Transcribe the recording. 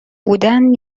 بودن